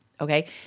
okay